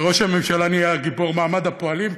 שראש הממשלה נהיה גיבור מעמד הפועלים,